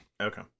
Okay